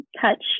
touch